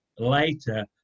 later